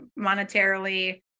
monetarily